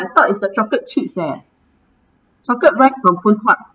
I thought it's the chocolate chips leh chocolate rice from phoon huat